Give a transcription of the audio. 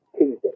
Tuesday